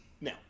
No